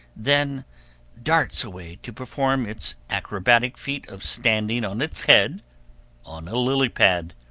then darts away to perform its acrobatic feat of standing on its head on a lilypad,